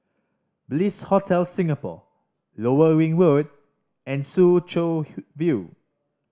Bliss Hotel Singapore Lower Ring Road and Soo Chow View